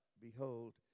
behold